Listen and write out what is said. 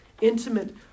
intimate